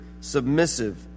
submissive